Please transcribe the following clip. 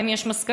האם יש מסקנות,